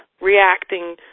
reacting